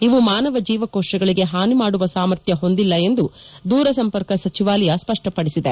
ಇವು ಮಾನವ ಜೀವಕೋಶಗಳಿಗೆ ಹಾನಿ ಮಾಡುವ ಸಾಮರ್ಥ್ಯ ಹೊಂದಿಲ್ಲ ಎಂದು ದೂರ ಸಂಪರ್ಕ ಸಚಿವಾಲಯ ಸ್ಪಷ್ಟಪಡಿಸಿದೆ